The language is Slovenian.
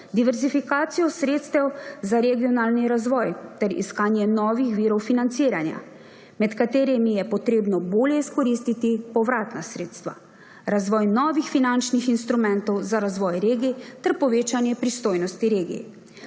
diverzifikacijo sredstev za regionalni razvoj ter iskanje novih virov financiranja, med katerimi je treba bolje izkoristiti povratna sredstva; razvoj novih finančnih instrumentov za razvoj regij ter povečanje pristojnosti regij